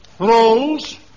Rolls